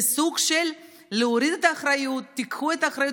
זה סוג של להוריד את האחריות: קחו את האחריות,